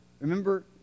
remember